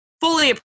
fully